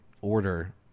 order